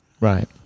Right